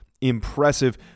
impressive